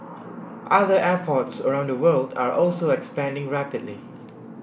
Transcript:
other airports around the world are also expanding rapidly